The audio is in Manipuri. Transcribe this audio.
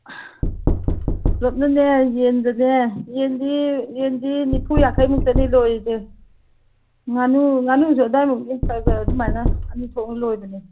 ꯄꯨꯂꯞꯅꯅꯦ ꯌꯦꯟꯗꯅꯦ ꯌꯦꯟꯗꯤ ꯌꯦꯟꯗꯤ ꯅꯤꯐꯨ ꯌꯥꯡꯈꯩꯃꯨꯛꯇꯅꯤ ꯂꯣꯏꯔꯤꯁꯦ ꯉꯥꯅꯨꯁꯨ ꯑꯗꯥꯏꯃꯨꯛꯅꯤ ꯈꯔ ꯈꯔ ꯑꯗꯨꯃꯥꯏꯅ ꯑꯅꯤ ꯊꯣꯛꯅ ꯂꯣꯏꯕꯅꯤ